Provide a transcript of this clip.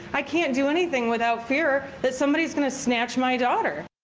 i can't do anything without fear that somebody is gonna snatch my daughter.